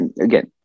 again